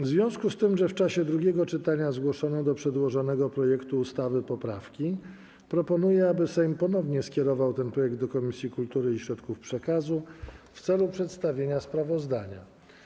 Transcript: W związku z tym, że w czasie drugiego czytania zgłoszono do przedłożonego projektu ustawy poprawki, proponuję, aby Sejm ponownie skierował ten projekt do Komisji Kultury i Środków Przekazu w celu przedstawienia sprawozdania.